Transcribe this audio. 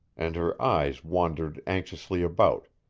and her eyes wandered anxiously about,